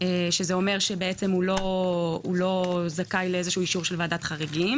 (זה אומר שבעצם הוא לא זכאי לאיזה אישור של ועדת חריגים